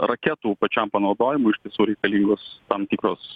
raketų pačiam panaudojimui iš tiesų reikalingos tam tikros